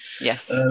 yes